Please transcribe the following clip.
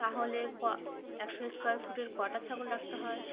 তাহলে ক একশো স্কোয়ার ফুটে কটা ছাগল রাখতে হয়